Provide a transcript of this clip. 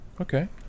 Okay